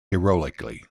heroically